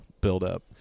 buildup